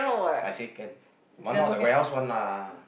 I say can but not the warehouse one lah